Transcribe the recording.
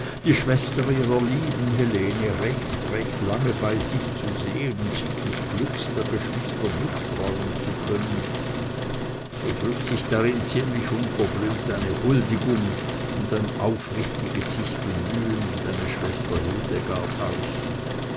die schwester ihrer lieben helene recht recht lange bei sich zu sehen und sich des glücks der geschwister mitfreuen zu können so drückt sich darin ziemlich unverblümt eine huldigung und ein aufrichtiges sichbemühen um deine schwester hildegard aus